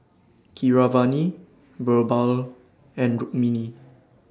Keeravani Birbal and Rukmini